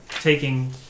taking